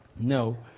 No